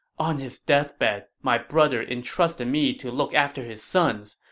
on his deathbed, my brother entrusted me to look after his sons.